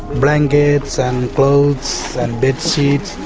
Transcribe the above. blankets and clothes and bed sheets,